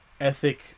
ethic